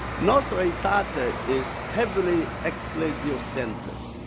nostra aetate ah but is heavily ecclesiocentric,